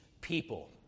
people